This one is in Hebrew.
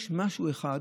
יש משהו אחד,